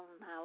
now